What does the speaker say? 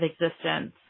existence